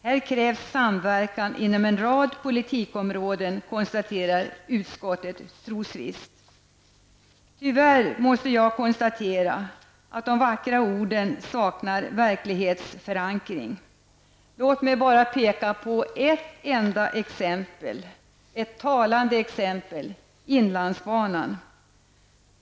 Här krävs samverkan inom en rad politikområden, konstaterar utskottet trosvisst. Tyvärr måste jag konstatera att de vackra orden saknar verklighetsförankring. Låt mig bara peka på ett enda talande exempel -- inlandsbanan.